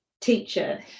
teacher